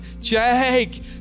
Jake